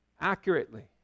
accurately